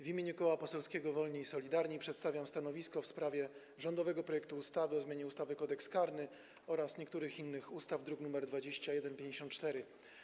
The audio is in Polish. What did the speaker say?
W imieniu Koła Poselskiego Wolni i Solidarni przedstawiam stanowisko w sprawie rządowego projektu ustawy o zmianie ustawy Kodeks karny oraz niektórych innych ustaw, druk nr 2154.